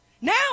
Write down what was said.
Now